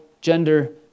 Gender